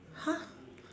!huh!